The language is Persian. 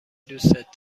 دوستت